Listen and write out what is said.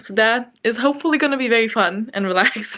that is hopefully gonna be very fun and relaxing,